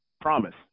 Promise